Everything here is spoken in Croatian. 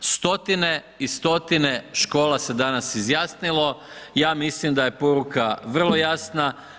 Stotine i stotine škola se danas izjasnilo i ja mislim da je poruka vrlo jasna.